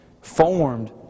formed